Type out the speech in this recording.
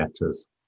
letters